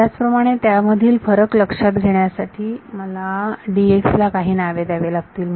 त्याचप्रमाणे त्यामधील फरक लक्षात येण्यासाठी मला ला काही नावे द्यावी लागतील